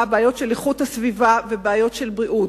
בעיות של איכות הסביבה ובעיות של בריאות.